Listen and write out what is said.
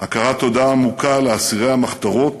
הכרת תודה עמוקה לאסירי המחתרות